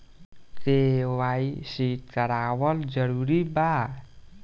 KYC करवावल जरूरी बा?